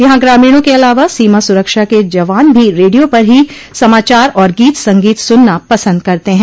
यहां ग्रामीणों के अलावा सीमा सुरक्षा के जवान भी रेडियो पर ही समाचार और गीत संगीत सुनना पसंद करते हैं